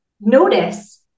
Notice